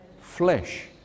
flesh